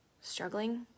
struggling